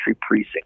precinct